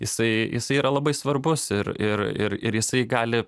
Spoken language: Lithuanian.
jisai jisai yra labai svarbus ir ir ir ir jisai gali